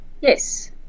Yes